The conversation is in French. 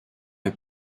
est